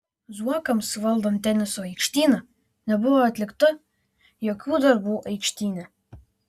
zuokams valdant teniso aikštyną nebuvo atlikta jokių darbų aikštyne